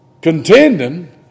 contending